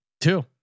Two